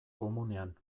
komunean